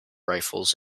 rifles